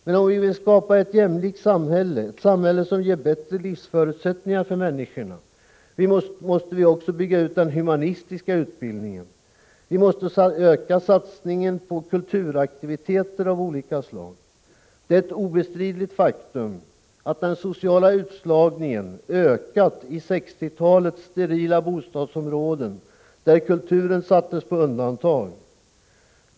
Men om vi vill skapa ett jämlikt samhälle, ett samhälle som ger bättre livsförutsättningar för människorna, måste vi också bygga ut den humanistiska utbildningen. Vi måste öka satsningen på kulturaktiviteter av olika slag. Det är ett obestridligt faktum, att den sociala utslagningen ökat i 1960-talets sterila bostadsområden, där kulturen sattes på undantag.